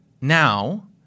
now